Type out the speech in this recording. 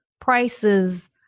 prices